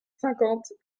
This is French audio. cinquante